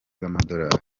z’amadolari